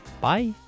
Bye